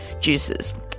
juices